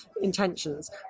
intentions